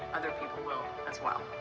other people will as well.